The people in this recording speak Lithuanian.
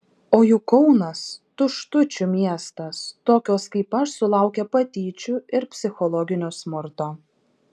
o juk kaunas tuštučių miestas tokios kaip aš sulaukia patyčių ir psichologinio smurto